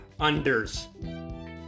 unders